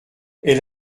elle